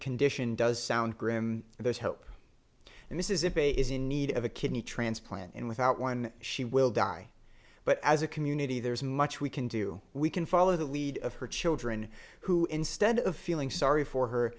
condition does sound grim there's help and this is it is in need of a kidney transplant and without one she will die but as a community there is much we can do we can follow the lead of her children who instead of feeling sorry for her